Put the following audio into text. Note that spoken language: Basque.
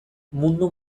mundu